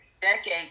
decade